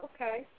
Okay